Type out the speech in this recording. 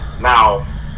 Now